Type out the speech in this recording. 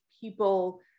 people